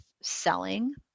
selling